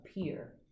appear